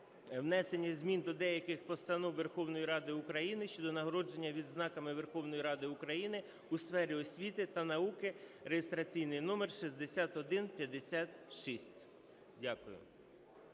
внесення змін до деяких постанов Верховної Ради України щодо нагородження відзнаками Верховної Ради України у сфері освіти та науки (реєстраційний номер 6156). Дякую.